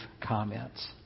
comments